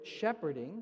shepherding